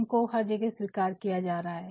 उनको हर जगह स्वीकार किया जा रहा है